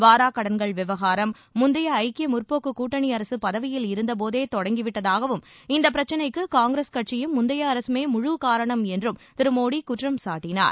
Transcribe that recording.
வாராக் கடன்கள் விவகாரம் முந்தைய ஐக்கிய முற்போக்கு கூட்டணி அரசு பதவியில் இருந்தபோதே தொடங்கி விட்டதாகவும் இந்த பிரச்னைக்கு காங்கிரஸ் கட்சியும் முந்தைய அரசுமே முழு காரணம் என்றும் திரு மோடி குற்றம் சாட்டினார்